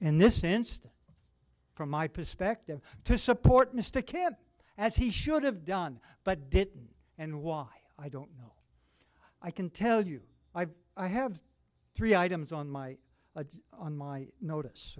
instance from my perspective to support mr kant as he should have done but didn't and why i don't know i can tell you i've i have three items on my own on my notice